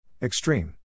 Extreme